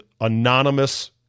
anonymous